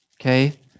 Okay